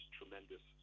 tremendous